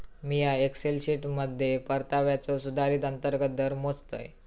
मिया एक्सेल शीटमध्ये परताव्याचो सुधारित अंतर्गत दर मोजतय